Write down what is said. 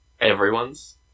Everyone's